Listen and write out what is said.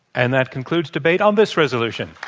and that concludes debate on this resolution.